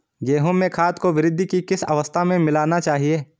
गेहूँ में खाद को वृद्धि की किस अवस्था में मिलाना चाहिए?